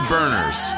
Burners